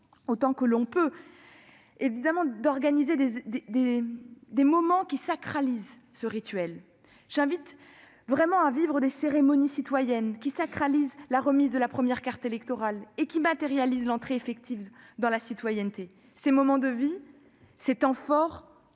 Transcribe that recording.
autant que possible, à organiser des moments qui sacralisent ce rituel : des cérémonies citoyennes qui sacralisent la remise de la première carte électorale et qui matérialisent l'entrée effective dans la citoyenneté. Ces moments de vie, ces temps forts,